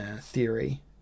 theory